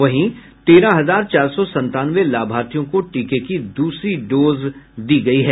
वहीं तेरह हजार चार सौ संतानवे लाभार्थियों को टीके की दूसरी डोज दी गयी है